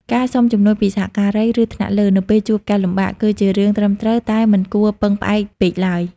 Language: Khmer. ការសុំជំនួយពីសហការី ឬថ្នាក់លើ នៅពេលជួបការលំបាក គឺជារឿងត្រឹមត្រូវ តែមិនគួរពឹងផ្អែកពេកឡើយ។